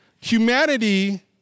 humanity